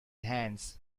hands